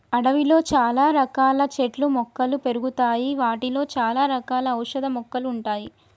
అడవిలో చాల రకాల చెట్లు మొక్కలు పెరుగుతాయి వాటిలో చాల రకాల ఔషధ మొక్కలు ఉంటాయి